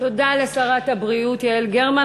תודה לשרת הבריאות יעל גרמן.